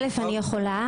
אני יכולה.